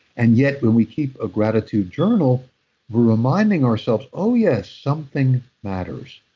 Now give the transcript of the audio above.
and yet, when we keep a gratitude journal we're reminding ourselves oh, yes, something matters.